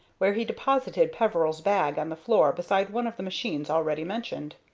where he deposited peveril's bag on the floor beside one of the machines already mentioned.